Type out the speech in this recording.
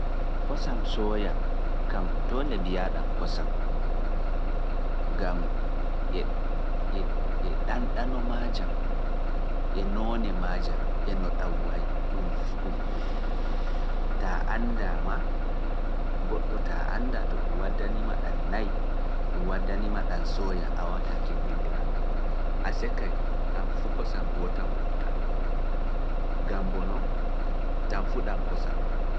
Kosam sooya, kam doole mbiyaa ɗam kosam, gam e ɗanɗano maajam, e noone maajam, e no ɗam wayi, ɗum fuu ɗum goo, taa annda maa, goɗɗo taa annda to ɗum waddani ma ɗam nayi, ɗum waddani ma ɗam sooya, awataa kendindiraa ɗam, a sekkay ɗam fuu kosam ngoo tan wonta ɗum waddani ma ɗam sooya awataa kendindiraa ɗam, a sekkay ɗam fu kosam ngootam wonta ɗum, gam bono ɗam fu ɗam kosam.